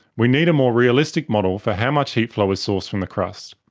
we need a more realistic model for how much heat flow is sourced from the crust.